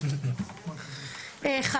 תודה דוד.